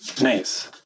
Nice